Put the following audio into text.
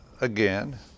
again